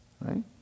right